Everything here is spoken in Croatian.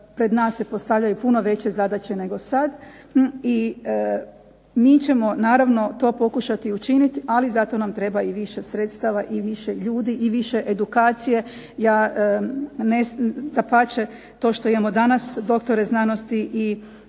pred nas se postavljaju puno veće zadaće nego sad. I mi ćemo naravno to pokušati učiniti, ali za to nam treba i više sredstava i više ljudi i više edukacije. Ja dapače to što imamo danas doktore znanosti i ostale